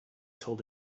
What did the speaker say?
told